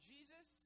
Jesus